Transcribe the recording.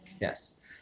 yes